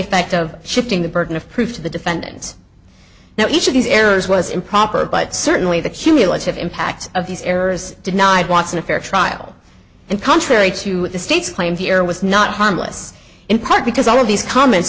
effect of shifting the burden of proof to the defendant now each of these errors was improper but certainly the cumulative impact of these errors denied watson a fair trial and contrary to the state's claim here was not harmless in part because all of these comments